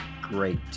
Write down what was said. great